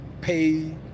pay